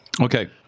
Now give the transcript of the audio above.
Okay